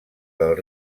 del